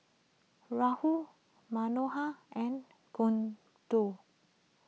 Rahul Manohar and Gouthu